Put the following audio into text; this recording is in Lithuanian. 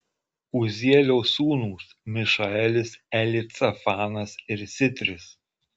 uzielio sūnūs mišaelis elicafanas ir sitris